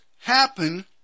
happen